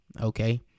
okay